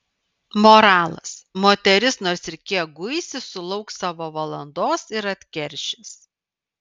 moralas moteris nors ir kiek guisi sulauks savo valandos ir atkeršys